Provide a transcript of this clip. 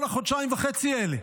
כל החודשיים וחצי האלה.